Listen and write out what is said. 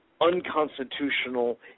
unconstitutional